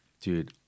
Dude